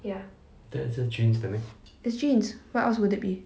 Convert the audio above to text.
ya it's jeans what else would it be